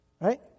Right